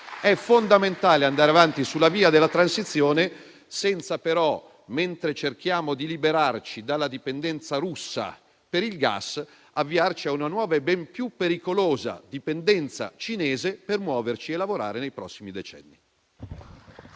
è fondamentale andare avanti sulla via della transizione, senza però, mentre cerchiamo di liberarci dalla dipendenza dalla Russia per il gas, avviarci a una nuova e ben più pericolosa dipendenza dalla Cina per muoverci e lavorare nei prossimi decenni.